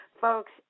Folks